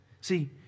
See